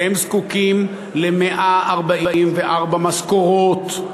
והם זקוקים ל-144 משכורות,